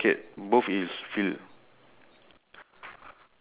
the guy which jump~ which guy jumping around